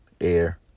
air